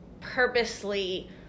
purposely